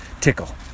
tickle